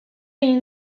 egin